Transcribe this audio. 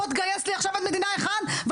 בוא תגייס לי עכשיו עד מדינה אחד מהחברה הערבית